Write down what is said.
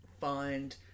find